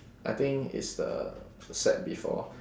I think it's the set before